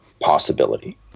possibility